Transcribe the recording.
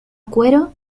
cuero